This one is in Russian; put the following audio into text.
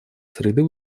среды